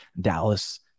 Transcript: Dallas